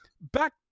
back